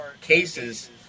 cases